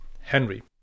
Henry